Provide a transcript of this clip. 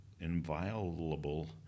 inviolable